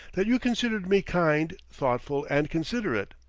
that you considered me kind, thoughtful and considerate.